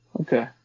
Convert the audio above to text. Okay